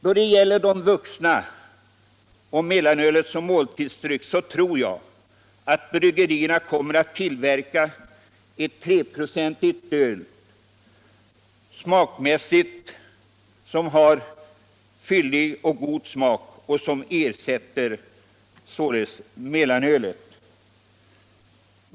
Då det gäller vuxna och mellanölet som måltidsdryck tror jag att bryggerierna kommer att tillverka ett 3-procentigt öl med fyllig och god smak som ersätter mellanölet.